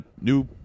new